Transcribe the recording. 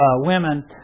women